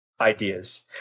ideas